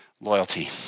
Loyalty